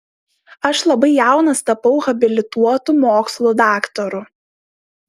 aš labai jaunas tapau habilituotu mokslų daktaru